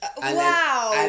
Wow